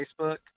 Facebook